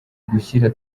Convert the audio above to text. gushyira